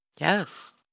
Yes